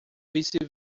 vice